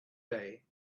day